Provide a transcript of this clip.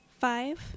Five